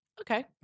Okay